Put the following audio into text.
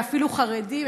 ואפילו חרדים.